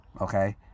okay